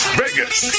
vegas